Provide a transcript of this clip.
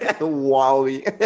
Wally